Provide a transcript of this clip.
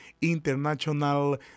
International